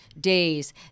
days